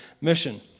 mission